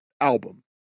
album